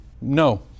No